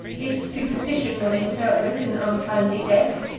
if superstition will interpret an untimely death,